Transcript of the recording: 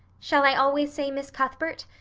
shall i always say miss cuthbert?